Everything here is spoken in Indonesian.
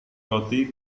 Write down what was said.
roti